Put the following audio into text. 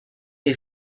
who